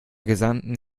gesamten